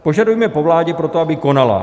Požadujeme po vládě proto, aby konala.